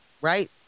Right